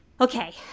Okay